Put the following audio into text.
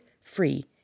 free